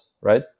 right